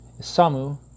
Isamu